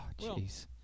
jeez